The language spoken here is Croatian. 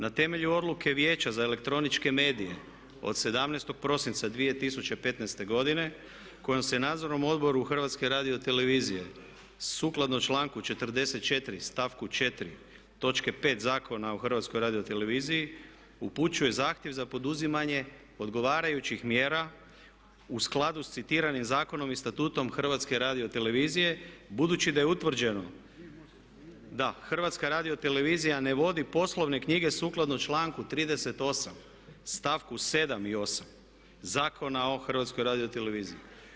Na temelju odluke Vijeća za elektroničke medije od 17. prosinca 2015. godine kojom se Nadzornom odboru HRT-a sukladno članku 44. stavku 4. točke 5. Zakona o Hrvatskoj radioteleviziji upućuje zahtjev za poduzimanje odgovarajućih mjera u skladu sa citiranim zakonom i statutom HRT-a budući da je utvrđeno da HRT ne vodi poslovne knjige sukladno članku 38. stavku 7. i 8. Zakona o HRT-u.